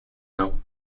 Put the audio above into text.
now